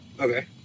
okay